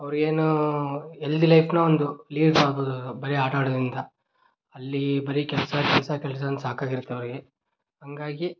ಅವ್ರು ಏನೂ ಎಲ್ದಿ ಲೈಫ್ನ ಒಂದು ಲೀಡ್ ಮಾಡ್ಬೋದು ಅವರು ಬರೀ ಆಟಾಡೋದ್ರಿಂದ ಅಲ್ಲಿ ಬರೀ ಕೆಲಸ ಕೆಲಸ ಕೆಲಸ ಅಂತ ಸಾಕಾಗಿರುತ್ತೆ ಅವರಿಗೆ ಹಂಗಾಗಿ